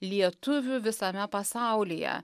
lietuvių visame pasaulyje